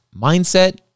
Mindset